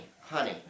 honey